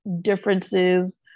differences